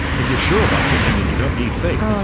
if you're sure about something then you don't need faith.